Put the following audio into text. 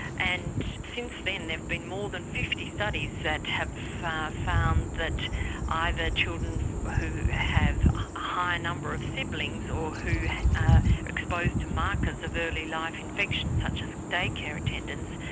and since then there've been more than fifty studies that have found that either children who have high number of siblings, or who are exposed to markers of early life infection such as day care attendance,